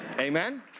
amen